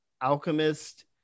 alchemist